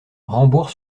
rambourg